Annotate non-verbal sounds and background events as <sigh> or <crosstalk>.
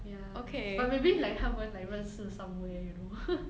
ya but maybe it's like 他们 like 认识 somewhere you know <noise>